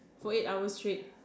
for eight hours straight